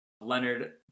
Leonard